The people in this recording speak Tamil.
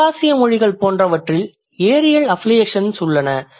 தெற்காசிய மொழிகள் போன்றவற்றில் ஏரியல் அஃப்லியேசன்ஸ் உள்ளன